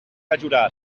ajudar